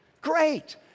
Great